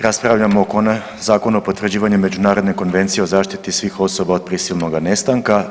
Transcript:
Raspravljamo o Zakonu o potvrđivanju međunarodne konvencije o zaštiti svih osoba od prisilnog nestanka.